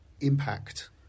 impact